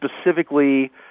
specifically